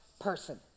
person